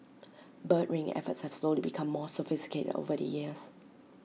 bird ringing efforts have slowly become more sophisticated over the years